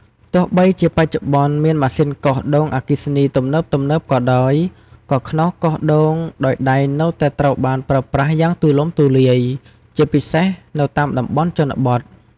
ទោះបីជាបច្ចុប្បន្នមានម៉ាស៊ីនកោសដូងអគ្គិសនីទំនើបៗក៏ដោយ ក៏ខ្នោសកោសដូងដោយដៃនៅតែត្រូវបានប្រើប្រាស់យ៉ាងទូលំទូលាយ ជាពិសេសនៅតាមតំបន់ជនបទ។